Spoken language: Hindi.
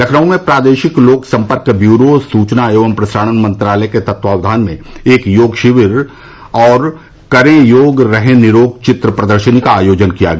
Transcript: लखनऊ में प्रादेशिक लोक सम्पर्क ब्यूरो सुचना एवं प्रसारण मंत्रालय के तत्वावधान में एक योग शिविर और करें योग रहे निरोग वित्र प्रदर्शनी का आयोजन किया गया